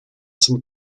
some